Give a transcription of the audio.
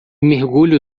mergulho